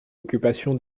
occupation